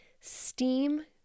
steam